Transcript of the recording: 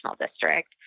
district